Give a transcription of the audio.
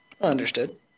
Understood